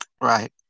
right